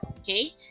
Okay